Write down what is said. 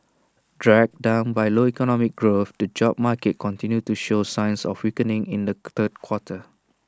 dragged down by low economic growth the job market continued to show signs of weakening in the third quarter